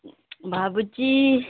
ଭାବୁଛି